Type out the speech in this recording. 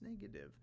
negative